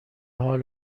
حال